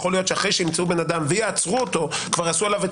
אולי אחרי שימצאו אדם ויעצרו אותו כבר יעשו עליו את